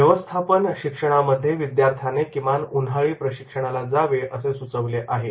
व्यवस्थापन शिक्षणामध्ये विद्यार्थ्याने किमान उन्हाळी प्रशिक्षणाला जावे असे सुचवले आहे